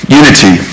unity